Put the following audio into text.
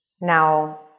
now